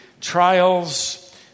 trials